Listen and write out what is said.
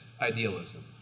idealism